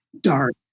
dark